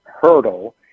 hurdle